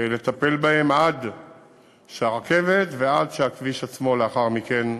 לטפל בהם עד שהרכבת ועד שהכביש עצמו, לאחר מכן,